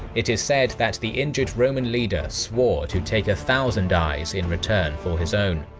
it is said that the injured roman leader swore to take a thousand eyes in return for his own.